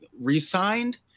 resigned